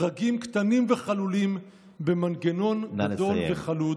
ברגים קטנים וחלולים במנגנון גדול וחלוד,